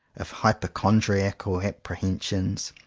of hypochondriacal appre hensions,